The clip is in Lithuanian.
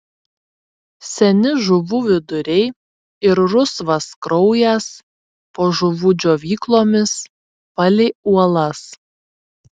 seni žuvų viduriai ir rusvas kraujas po žuvų džiovyklomis palei uolas